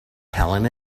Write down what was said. helen